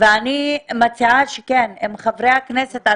חברי הכנסת,